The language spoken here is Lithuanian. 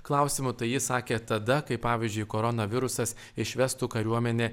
klausimu tai jis sakė tada kai pavyzdžiui koronavirusas išvestų kariuomenę